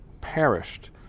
perished